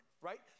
right